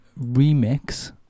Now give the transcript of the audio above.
remix